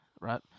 Right